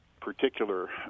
particular